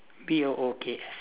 B O O K S